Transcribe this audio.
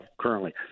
currently